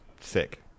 sick